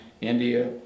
India